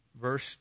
verse